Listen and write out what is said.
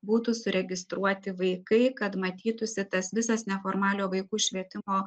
būtų suregistruoti vaikai kad matytųsi tas visas neformaliojo vaikų švietimo